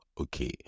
Okay